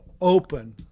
open